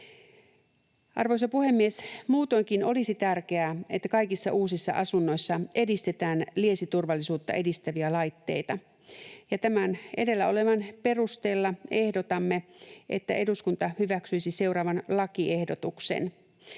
Arvoisa puhemies! Muutoinkin olisi tärkeää, että kaikissa uusissa asunnoissa edistetään liesiturvallisuutta edistäviä laitteita. Tämän edellä olevan perusteella ehdotamme, että eduskunta hyväksyisi seuraavan lakiehdotuksen: